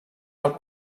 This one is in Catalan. del